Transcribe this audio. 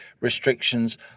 restrictions